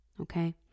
okay